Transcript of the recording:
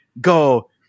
go